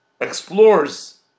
explores